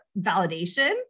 validation